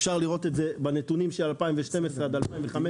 אפשר לראות את זה בנתונים של 2012 עד 2015,